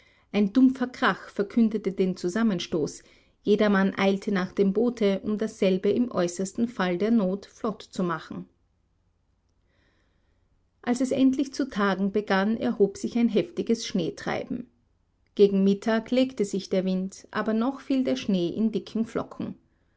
ein dumpfer krach verkündete den zusammenstoß jedermann eilte nach dem boote um dasselbe im äußersten falle der not flott zu machen als es endlich zu tagen begann erhob sich ein heftiges schneetreiben gegen mittag legte sich der wind aber noch fiel der schnee in dichten flocken